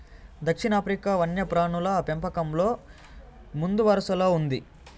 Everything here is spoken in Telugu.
దక్షిణాఫ్రికా వన్యప్రాణుల పెంపకంలో ముందువరసలో ఉంది